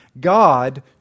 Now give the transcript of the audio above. God